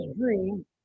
dream